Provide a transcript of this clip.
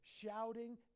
shouting